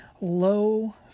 low